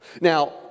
Now